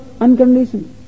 Unconditioned